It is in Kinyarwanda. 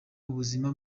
ubuzima